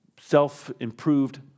self-improved